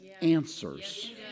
answers